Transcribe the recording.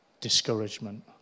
discouragement